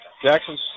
Jackson